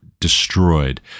Destroyed